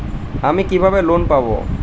আমি কিভাবে লোন পাব?